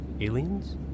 Aliens